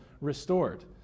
restored